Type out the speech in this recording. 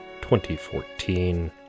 2014